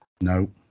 No